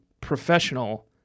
professional